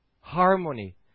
harmony